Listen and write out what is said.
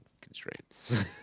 constraints